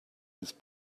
his